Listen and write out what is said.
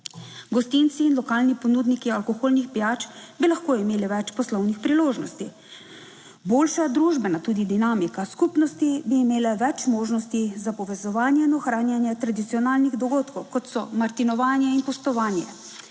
Gostinci in lokalni ponudniki alkoholnih pijač bi lahko imeli več poslovnih priložnosti. Boljša družbena dinamik skupnosti bi imele več možnosti za povezovanje in ohranjanje tradicionalnih dogodkov, kot so martinovanje in pustovanje.